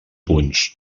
punts